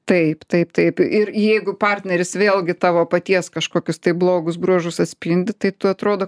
taip taip taip ir jeigu partneris vėlgi tavo paties kažkokius tai blogus bruožus atspindi tai tu atrodo